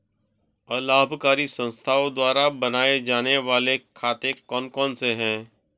अलाभकारी संस्थाओं द्वारा बनाए जाने वाले खाते कौन कौनसे हैं?